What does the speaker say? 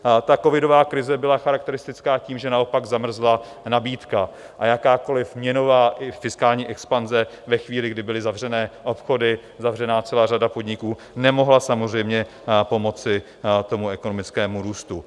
Ta covidová krize byla charakteristická tím, že naopak zamrzla nabídka a jakákoliv měnová i fiskální expanze ve chvíli, kdy byly zavřené obchody, zavřená celá řada podniků, nemohla samozřejmě pomoci ekonomickému růstu.